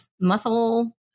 muscle